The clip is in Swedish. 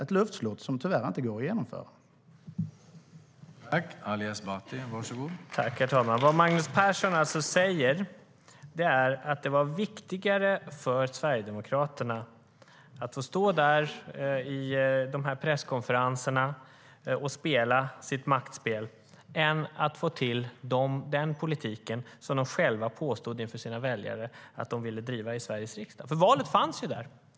Den är ett luftslott som tyvärr inte går att genomföra.